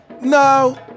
no